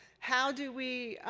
how do we